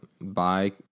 buy